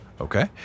Okay